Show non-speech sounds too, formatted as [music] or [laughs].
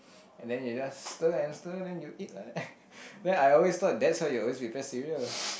and then you just stir and stir then you eat lah [laughs] then I thought that's how you always prepare cereal